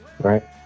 Right